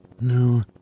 No